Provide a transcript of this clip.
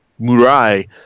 Murai